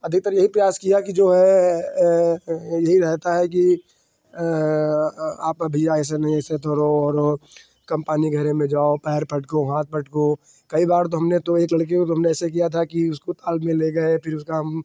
अधिकतर यही प्रयास किया कि जो है यही रहता है कि आप अभी ऐसे नहीं ऐसे तैरो और हो कम पानी गहेरे में जाओ पैर पटको हाथ पटको कई बार तो हमने तो एक लड़के को तो हमने ऐसे किया था कि उसको ताल में ले गए फ़िर उसका हम